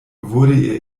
wurde